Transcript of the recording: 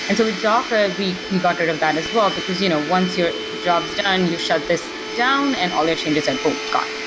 and so with docker, we we got rid of that as well, because you know once your job is done, you shut this down and all their changes are boom, gone.